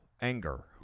anger